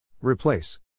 Replace